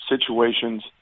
situations